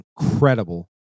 incredible